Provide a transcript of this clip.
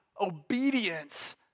obedience